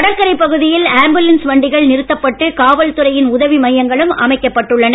கடற்கரைப் பகுதியில் ஆம்புலன்ஸ் வண்டிகள் நிறத்தப்பட்டு காவல்துறையின் உதவி மையங்களும் அமைக்கப்பட்டுள்ளன